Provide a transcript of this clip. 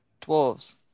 dwarves